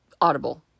audible